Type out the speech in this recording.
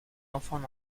enfants